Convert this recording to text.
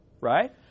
right